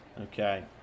Okay